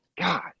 God